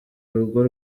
rugo